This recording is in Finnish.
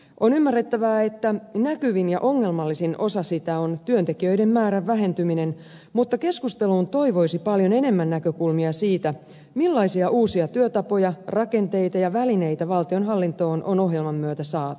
on ymmärrettävää että näkyvin ja ongelmallisin osa sitä on työntekijöiden määrän vähentyminen mutta keskusteluun toivoisi paljon enemmän näkökulmia siitä millaisia uusia työtapoja rakenteita ja välineitä valtionhallintoon on ohjelman myötä saatu